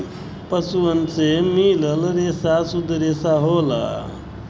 पसुअन से मिलल रेसा सुद्ध रेसा होला